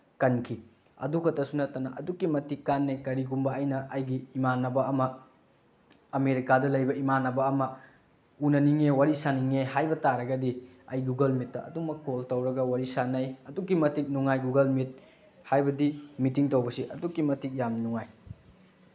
ꯀꯟꯈꯤ ꯑꯗꯨ ꯈꯛꯇꯁꯨ ꯅꯠꯇꯅ ꯑꯗꯨꯛꯀꯤ ꯃꯇꯤꯛ ꯀꯥꯅꯩ ꯀꯔꯤꯒꯨꯝꯕ ꯑꯩꯅ ꯑꯩꯒꯤ ꯏꯃꯥꯟꯅꯕ ꯑꯃ ꯑꯃꯦꯔꯤꯀꯥꯗ ꯂꯩꯕ ꯏꯃꯥꯟꯅꯕ ꯑꯃ ꯎꯅꯅꯤꯡꯉꯦ ꯋꯥꯔꯤ ꯁꯥꯟꯅꯅꯤꯡꯉꯦ ꯍꯥꯏꯕ ꯇꯥꯔꯒꯗꯤ ꯑꯩ ꯒꯨꯒꯜ ꯃꯤꯠꯇ ꯑꯗꯨꯃꯛ ꯀꯣꯜ ꯇꯧꯔꯒ ꯋꯥꯔꯤ ꯁꯥꯟꯅꯩ ꯑꯗꯨꯛꯀꯤ ꯃꯇꯤꯛ ꯅꯨꯡꯉꯥꯏ ꯒꯨꯒꯜ ꯃꯤꯠ ꯍꯥꯏꯕꯗꯤ ꯃꯤꯇꯤꯡ ꯇꯧꯕꯁꯤ ꯑꯗꯨꯛꯀꯤ ꯃꯇꯤꯛ ꯌꯥꯝ ꯅꯨꯡꯉꯥꯏ